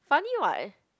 funny [what]